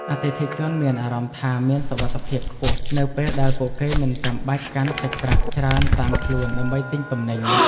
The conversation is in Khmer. អតិថិជនមានអារម្មណ៍ថា មានសុវត្ថិភាពខ្ពស់នៅពេលដែលពួកគេមិនចាំបាច់កាន់សាច់ប្រាក់ច្រើនតាមខ្លួនដើម្បីទិញទំនិញ។